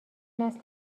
نسل